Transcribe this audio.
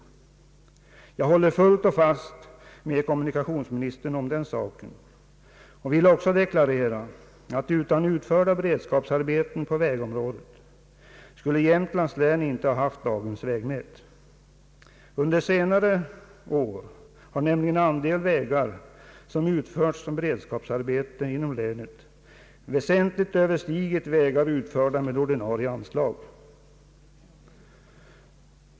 Jag håller fullt och fast med kommunikationsministern om den saken och vill också deklarera att utan utförda beredskapsarbeten på vägområdet skulle Jämtlands län inte ha haft dagens vägnät. Under senare år har nämligen andelen vägar som utförts som beredskapsarbete inom länet väsentligt överstigit andelen vägar utförda med ordinarie anslag.